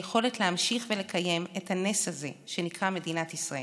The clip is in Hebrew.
היכולת להמשיך ולקיים את הנס הזה שנקרא מדינת ישראל.